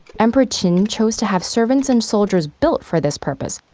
emperor qin chose to have servants and soldiers built for this purpose,